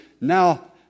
now